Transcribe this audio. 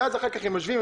ואז אחר כך הם יושבים,